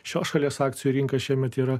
šios šalies akcijų rinka šiemet yra